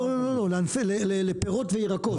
לא לא, לענפי, לפירות וירקות.